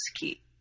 key